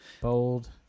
bold